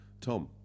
tom